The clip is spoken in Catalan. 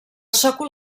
sòcol